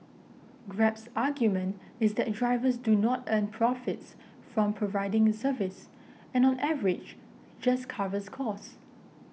Grab's argument is that drivers do not earn profits from providing the service and on average just covers costs